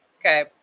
Okay